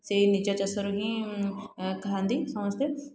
ସେଇ ନିଜ ଚାଷରୁ ହିଁ ଖାଆନ୍ତି ସମସ୍ତେ